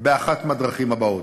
באחת מהדרכים הבאות: